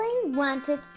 wanted